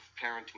parenting